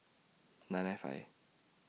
nine nine five